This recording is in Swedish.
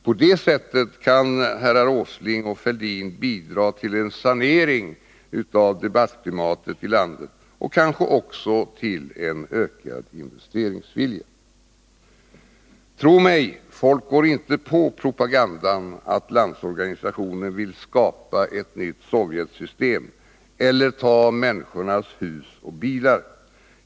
På det sättet kan herrar Åsling och Fälldin bidra till en sanering av debattklimatet i landet och kanske också till en ökad investeringsvilja. Tro mig — folk går inte på propagandan att Landsorganisationen vill skapa ett nytt Sovjetsystem eller ta människornas hus och bilar!